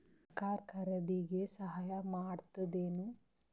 ಸರಕಾರ ಖರೀದಿಗೆ ಸಹಾಯ ಮಾಡ್ತದೇನು?